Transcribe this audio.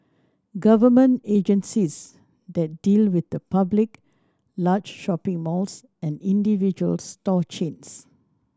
government agencies that deal with the public large shopping malls and individual store chains